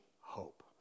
hope